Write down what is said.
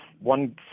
one